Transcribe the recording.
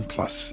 Plus